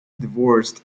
divorced